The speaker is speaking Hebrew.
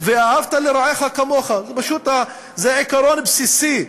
"ואהבת לרעך כמוך" זה עיקרון בסיסי,